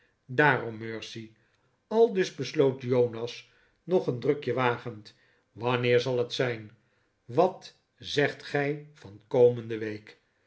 daarom mercy aldus besloot jonas nog een drukje wagend wanneer zal het zijn wat zegt gij van komende week